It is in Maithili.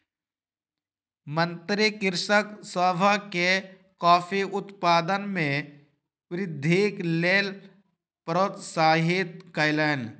मंत्री कृषक सभ के कॉफ़ी उत्पादन मे वृद्धिक लेल प्रोत्साहित कयलैन